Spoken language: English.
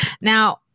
now